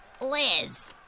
Liz